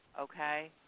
Okay